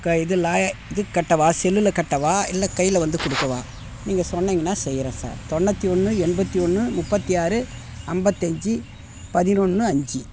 க இது லாய இது கட்டவா செல்லுல கட்டவா இல்லை கையில் வந்து கொடுக்கவா நீங்கள் சொன்னீங்கன்னா செய்கிறேன் சார் தொண்ணூற்றி ஒன்று எண்பத்தி ஒன்று முப்பத்தி ஆறு ஐம்பத்தஞ்சி பதினொன்று அஞ்சு